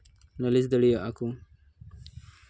ᱞᱟᱹᱞᱤᱥ ᱫᱟᱲᱮᱭᱟᱜᱼᱟᱠᱚ